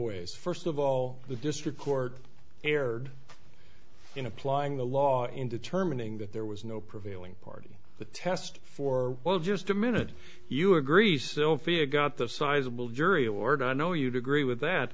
ways first of all the district court here in applying the law in determining that there was no prevailing party to test for well just a minute you agree sylvia got the sizable jury award i know you'd agree with that